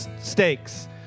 stakes